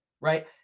Right